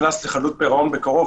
נכנס לחדלות פירעון בקרוב,